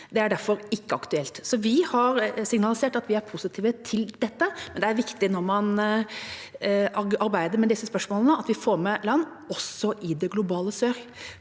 side er derfor ikke aktuelt. Vi har signalisert at vi er positive til dette, men det er viktig når man arbeider med disse spørsmålene, at vi får med land også i det globale sør.